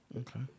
Okay